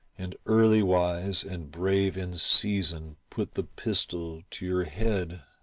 and early wise and brave in season put the pistol to your head.